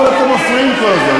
אבל למה אתם מפריעים כל הזמן?